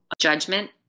judgment